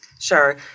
Sure